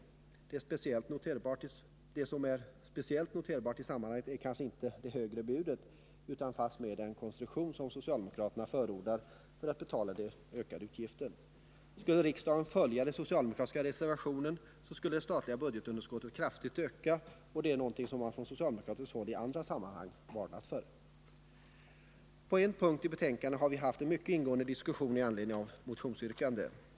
Det som är speciellt noterbart i sammanhanget är kanske inte det högre budet utan fast mer den konstruktion som socialdemokraterna förordar för att betala den ökade utgiften. Skulle riksdagen följa den socialdemokratiska reservationen skulle det statliga budgetunderskottet kraftigt öka, och det är någonting som man från socialdemokratiskt håll i andra sammanhang har varnat för. På en punkt i betänkandet har vi haft en mycket ingående diskussion med anledning av motionsyrkanden.